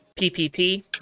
ppp